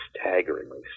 staggeringly